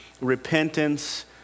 repentance